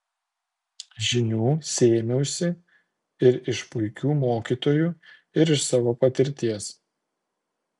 žinių sėmiausi ir iš puikių mokytojų ir iš savo patirties